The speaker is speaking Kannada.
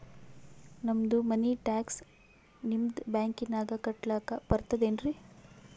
ನಮ್ದು ಮನಿ ಟ್ಯಾಕ್ಸ ನಿಮ್ಮ ಬ್ಯಾಂಕಿನಾಗ ಕಟ್ಲಾಕ ಬರ್ತದೇನ್ರಿ?